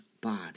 body